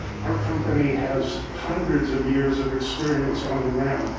our company has hundreds of years of experience on the ground,